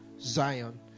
Zion